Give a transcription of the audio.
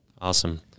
Awesome